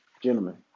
Gentlemen